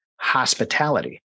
hospitality